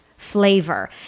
flavor